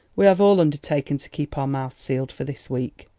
we have all undertaken to keep our mouths sealed for this week.